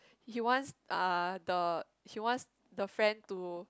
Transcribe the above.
he wants uh the he wants the friend to